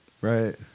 right